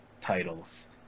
titles